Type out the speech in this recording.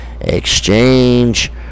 exchange